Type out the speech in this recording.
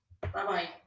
Bye-bye